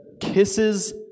kisses